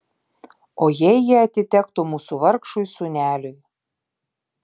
o jei jie atitektų mūsų vargšui sūneliui